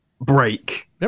break